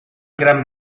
gran